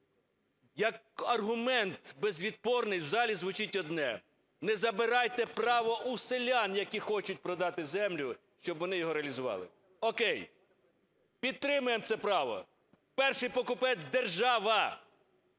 Як аргумент безвідпорний, в залі звучить одне, не забирайте право у селян, які хочуть продати землю, щоб вони його реалізували. О'кей, підтримаємо це право, перший покупець держава,